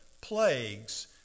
plagues